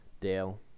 dale